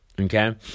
Okay